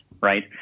right